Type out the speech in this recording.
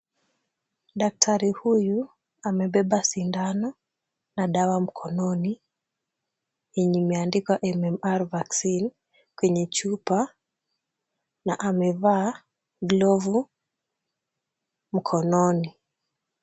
Daktari huyu amebeba sindano na dawa mkononi yenye imeandikwa MMR vaccine kwenye chupa na amevaa glovu mkononi.